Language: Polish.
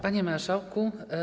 Panie Marszałku!